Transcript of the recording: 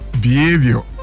behavior